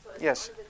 Yes